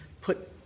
put